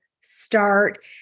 start